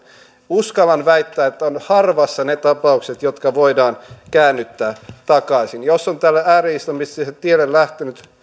uskallan väittää että on harvassa ne tapaukset jotka voidaan käännyttää takaisin jos on tälle ääri islamistiselle tielle lähtenyt